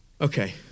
okay